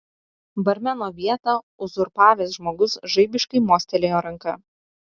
barmeno vietą uzurpavęs žmogus žaibiškai mostelėjo ranka